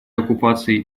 оккупации